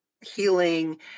healing